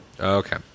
Okay